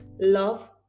Love